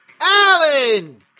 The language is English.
Alan